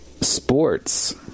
sports